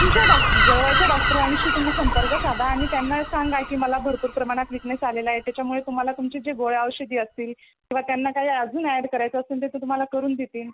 तुमच्या डॉक जवळच्या डॉक्टरांशी तुम्ही संपर्क साधा आणि त्यांना सांगा की मला भरपूर प्रमाणात वीकनेस आलेला आहे त्याच्यामुळे तुम्हाला तुमच्या जे गोळ्या औषधी असतील किंवा त्यांना काही अजून ॲड करायचे असेल तर ते तुम्हाला करून देतील